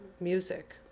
music